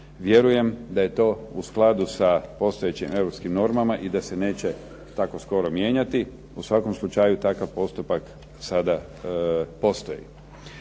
vjerujem da je to u skladu sa postojećim Europskim normama i da se neće skoro mijenjati. U svakom slučaju takav postupak sada postoji.